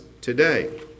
today